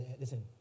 listen